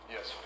Yes